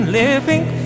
living